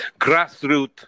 Grassroot